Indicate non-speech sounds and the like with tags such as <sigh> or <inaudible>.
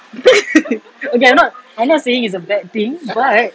<laughs> okay I'm not I'm not saying it's a bad thing but